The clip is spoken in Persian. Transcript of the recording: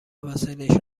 وسایلش